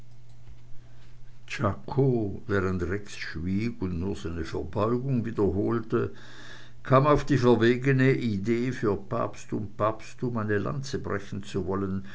schwieg und nur seine verbeugung wiederholte kam auf die verwegene idee für papst und papsttum eine lanze brechen zu wollen